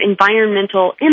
environmental